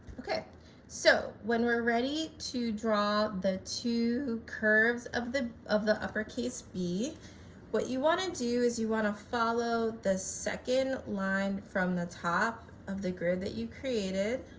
okay so when we're ready to draw the two curves of the of the uppercase b what you want to do is you want to follow the second line from the top of the grid that you created